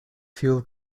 fuel